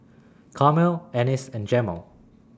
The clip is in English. Carmel Anice and Jemal